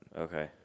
Okay